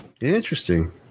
Interesting